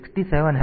તેથી તે તે જ છે